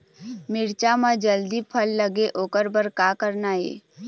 मिरचा म जल्दी फल लगे ओकर बर का करना ये?